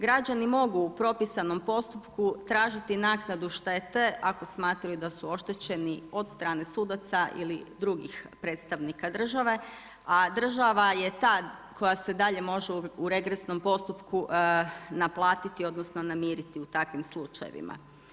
Građani mogu u propisanom postupku tražiti naknadu štete ako smatraju da su oštećeni od strane sudaca ili drugih predstavnika države, a država je ta koja se dalje može u regresnom postupku naplatiti odnosno namiriti u takvim slučajevima.